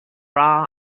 breá